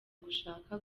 gushaka